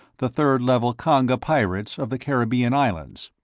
the third level khanga pirates of the caribbean islands.